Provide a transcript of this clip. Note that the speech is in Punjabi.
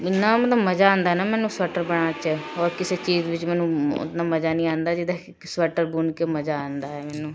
ਮੈਨੂੰ ਨਾ ਮਤਲਬ ਮਜ਼ਾ ਆਉਂਦਾ ਹੈ ਨਾ ਮੈਨੂੰ ਸਵੈਟਰ ਬਣਾਉਣ 'ਚ ਹੋਰ ਕਿਸੇ ਚੀਜ਼ ਵਿੱਚ ਮੈਨੂੰ ਇੰਨਾ ਮਜ਼ਾ ਨਹੀਂ ਆਉਂਦਾ ਜਿੱਦਾਂ ਕਿ ਸਵੈਟਰ ਬੁਣ ਕੇ ਮਜ਼ਾ ਆਉਂਦਾ ਹੈ ਮੈਨੂੰ